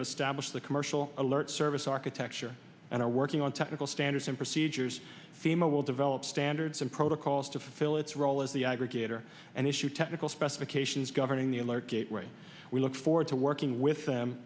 have established the commercial alert service architecture and are working on technical standards and procedures fema will develop standards and protocols to fill its role as the aggregator and issue technical specifications governing the alert gateway we look forward to working with them